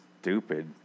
stupid